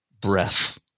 breath